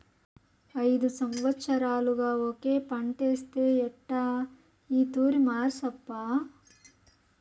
ఐదు సంవత్సరాలుగా ఒకే పంటేస్తే ఎట్టా ఈ తూరి మార్సప్పా